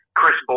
Chris